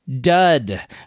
dud